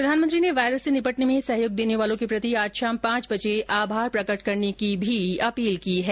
प्रधानमंत्री ने वायरस से निपटने में सहयोग देने वालों के प्रति आज शाम पांच बजे आभार प्रकट करने की भी अपील की है